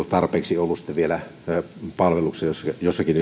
tarpeeksi olleet palveluksessa jossakin